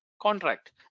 Contract